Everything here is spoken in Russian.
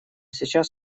сейчас